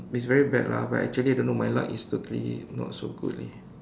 it's very bad lah but actually I don't know my luck is totally not so good leh